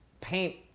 paint